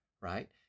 right